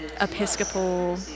episcopal